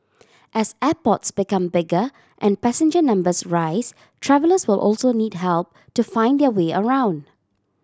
as airports become bigger and passenger numbers rise travellers will also need help to find their way around